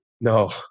No